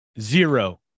zero